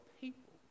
people